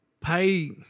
pay